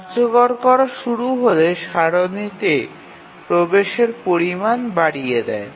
কার্যকর করা শুরু হলে সারণীতে প্রবেশের পরিমাণ বাড়িয়ে দেয়